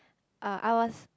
uh I was